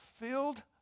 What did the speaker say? filled